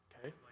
Okay